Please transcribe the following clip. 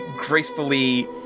gracefully